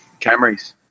Camrys